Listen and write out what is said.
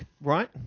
Right